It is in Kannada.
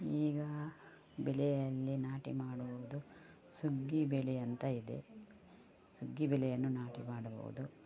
ಈಗ ಬೆಳೆಯಲ್ಲಿ ನಾಟಿ ಮಾಡುವುದು ಸುಗ್ಗಿ ಬೆಳೆ ಅಂತ ಇದೆ ಸುಗ್ಗಿ ಬೆಳೆಯನ್ನು ನಾಟಿ ಮಾಡಬಹುದು